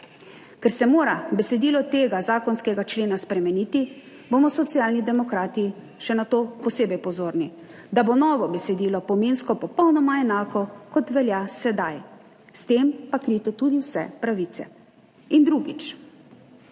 Ker se mora besedilo tega zakonskega člena spremeniti, bomo Socialni demokrati na to še posebej pozorni, da bo novo besedilo pomensko popolnoma enako, kot velja sedaj, s tem pa krite tudi vse pravice. In drugič,